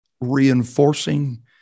reinforcing